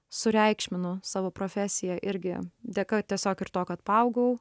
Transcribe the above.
sureikšminu savo profesiją irgi dėka tiesiog ir to kad paaugau